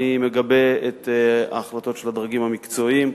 אני מגבה את ההחלטות של הדרגים המקצועיים.